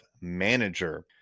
manager